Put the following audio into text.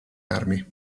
armi